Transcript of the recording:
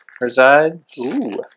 resides